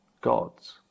God's